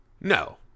No